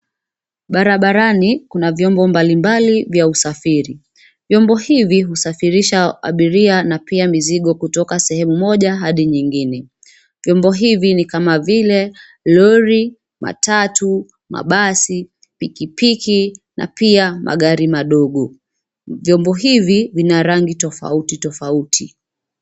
Barabarani kuna vyombo mbali mbali vya usafiri. Vyombo hivi husafirisha abiria na pia mizigo kutoka sehemu moja hadi nyingine. Vyombo hivi ni kama vile: lori, matatu, mabasi, pikipiki na pia magari madogo. Vyombo hivi vina rangi tofauti tofauti.